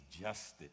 justice